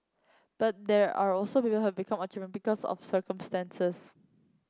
but there are also people who become because of circumstances